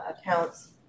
accounts